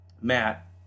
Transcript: Matt